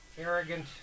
arrogant